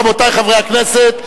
רבותי חברי הכנסת,